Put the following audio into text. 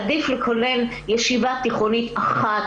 עדיף לכונן ישיבה תיכונית אחת,